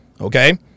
Okay